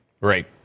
Right